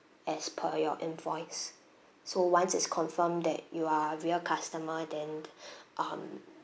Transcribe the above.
as per your invoice so once it's confirm that you are real customer then um